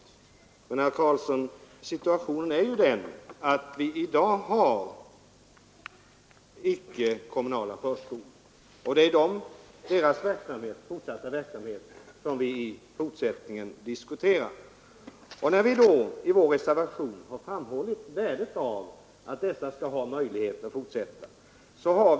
Och situationen är ju den, herr Karlsson, att vi i dag har icke-kommunala förskolor, och det är deras verksamhet i fortsättningen som vi diskuterar. Vi har i vår reservation framhållit värdet av dessa och sagt att de skall ha möjlighet att fortsätta sin verksamhet.